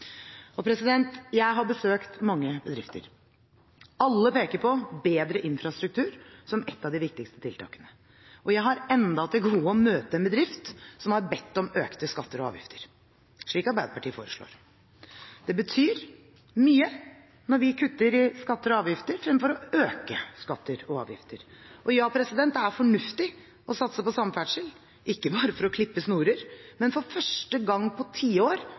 Jeg har besøkt mange bedrifter. Alle peker på bedre infrastruktur som et av de viktigste tiltakene. Jeg har enda til gode å møte en bedrift som har bedt om økte skatter og avgifter, slik Arbeiderpartiet foreslår. Det betyr mye når vi kutter i skatter og avgifter fremfor å øke skatter og avgifter. Det er fornuftig å satse på samferdsel, ikke bare for å klippe snorer, men – for første gang på tiår